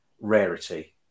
rarity